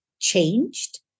changed